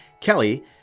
Kelly